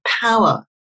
power